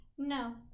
No